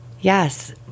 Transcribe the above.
yes